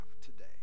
today